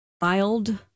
Filed